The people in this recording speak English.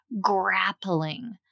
grappling